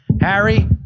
Harry